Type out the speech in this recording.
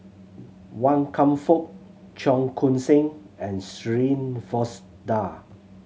Wan Kam Fook Cheong Koon Seng and Shirin Fozdar